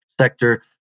sector